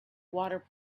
water